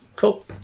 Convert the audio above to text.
Cool